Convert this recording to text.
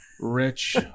rich